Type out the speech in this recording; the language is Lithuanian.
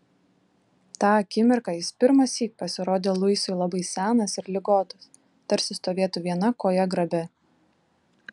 tą akimirką jis pirmąsyk pasirodė luisui labai senas ir ligotas tarsi stovėtų viena koja grabe